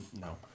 No